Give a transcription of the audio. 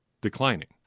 declining